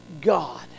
God